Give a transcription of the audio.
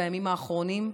בימים האחרונים,